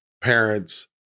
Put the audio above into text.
parents